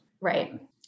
Right